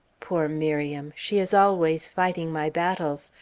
poor miriam! she is always fighting my battles.